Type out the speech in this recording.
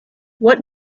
what